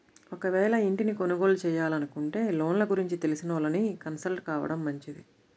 ఒకవేళ ఇంటిని కొనుగోలు చేయాలనుకుంటే లోన్ల గురించి తెలిసినోళ్ళని కన్సల్ట్ కావడం మంచిది